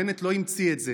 בנט לא המציא את זה